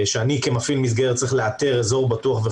שאני כמפעיל מסגרת צריך לאתר אזור בטוח.